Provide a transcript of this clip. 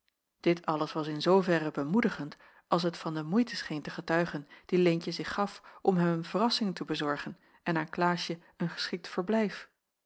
dit alles was in zooverre bemoedigend als het van de moeite scheen te getuigen die leentje zich gaf om hem een verrassing te bezorgen en aan klaasje een geschikt verblijf